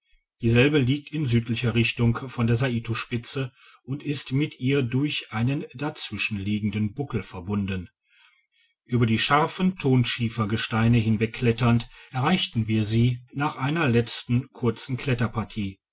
dieselbe liegt in südlicher richtung von der saito spitze und ist mit ihr durch einen dazwischenliegenden buckel verbunden ueber die scharfen thonschiefergesteine hinwegkletternd erreichten wir sie nach einer letzten kurzen